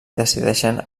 decideixen